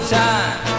time